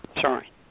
Sorry